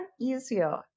easier